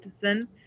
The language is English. citizen